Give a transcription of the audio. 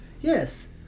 Yes